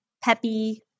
peppy